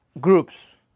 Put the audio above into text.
groups